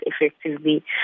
effectively